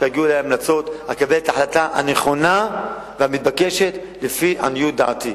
כשיגיעו אלי המלצות אני אקבל את ההחלטה הנכונה והמתבקשת לפי עניות דעתי.